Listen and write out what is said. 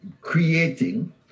creating